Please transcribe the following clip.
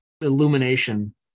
illumination